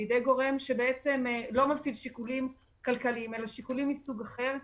בידי גורם שלא מפעיל שיקולים כלכליים אלא שיקולים מסוג אחר,